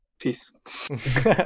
peace